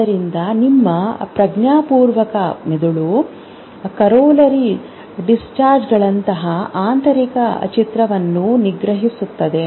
ಆದ್ದರಿಂದ ನಿಮ್ಮ ಪ್ರಜ್ಞಾಪೂರ್ವಕ ಮೆದುಳು ಕೊರೊಲರಿ ಡಿಸ್ಚಾರ್ಜ್ಗಳಂತಹ ಆಂತರಿಕ ಚಿತ್ರವನ್ನು ನಿಗ್ರಹಿಸುತ್ತದೆ